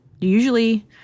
usually